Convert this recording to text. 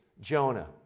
Jonah